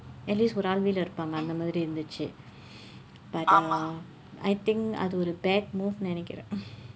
at least ஒரு ஆள் வீட்டில் இருப்பாங்க அந்த மாதிரி இருந்தது:oru aal viitdil iruppaangka andtha maathiri irundthathu I don't know I think அது ஒரு:athu oru bad move நினைக்கிறேன்:ninaikkireen